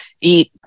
eat